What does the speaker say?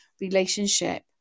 relationship